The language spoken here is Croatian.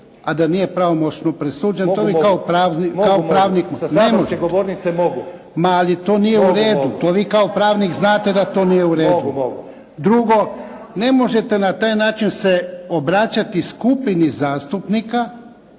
pravnik? Sa saborske govornice mogu. **Jarnjak, Ivan (HDZ)** Ma, ali to nije u redu, to vi kao pravnik znate da to nije u redu. Drugo, ne možete na taj način se obraćati skupini zastupnika